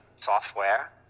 software